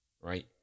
Right